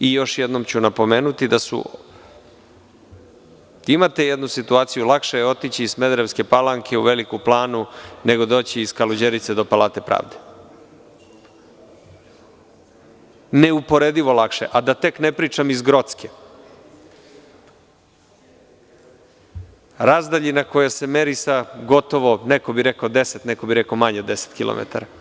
Još jednom ću napomenuti, imate jednu situaciju lakše je otići iz Smederevske Palanke u Veliku Planu, nego doći iz Kaluđerice do Palate pravde, neuporedivo lakše, a da tek ne pričam iz Grocke, razdaljina koja se meri sa gotovo neko bi reko 10, neko bi reko manje od 10 kilometara.